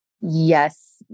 Yes